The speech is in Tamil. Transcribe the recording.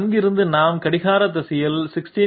அங்கிருந்து நாம் கடிகார திசையில் 16